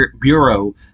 Bureau